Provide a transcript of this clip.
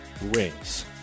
rings